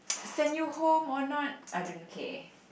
send you home or not I don't care